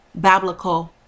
biblical